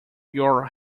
your